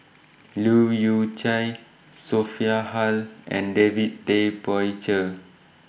Leu Yew Chye Sophia Hull and David Tay Poey Cher